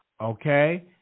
Okay